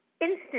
instant